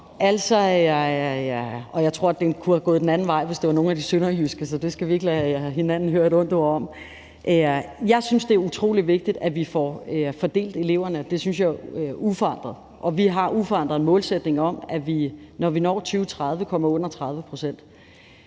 Jeg tror, at det kunne være gået den anden vej, hvis der var tale om nogle af de sønderjyske byer, så det skal vi ikke lade hinanden høre et ondt ord for. Jeg synes, det er utrolig vigtigt, at vi får fordelt eleverne. Det synes jeg uforandret, og vi har en uforandret målsætning om, at vi, når vi når 2030, kommer under 30 pct.